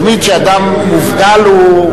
תמיד כשאדם מובדל הוא,